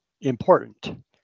important